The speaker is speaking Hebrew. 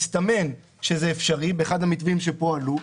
מסתמן שזה אפשרי באחד המתווים שפה עלו,